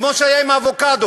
כמו שהיה עם האבוקדו.